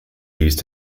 used